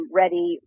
ready